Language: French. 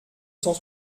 cent